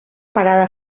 parada